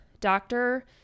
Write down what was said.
doctor